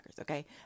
Okay